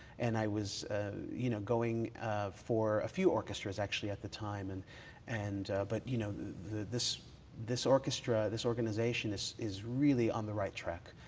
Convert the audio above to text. and i was you know going for a few orchestras, actually, at the time. and and but you know this this orchestra, this organization is is really on the right track.